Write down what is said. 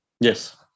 Yes